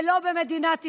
ולא במדינת ישראל.